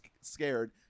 scared